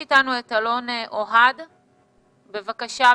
ורד, בבקשה.